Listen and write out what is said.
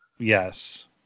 Yes